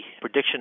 prediction